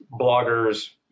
bloggers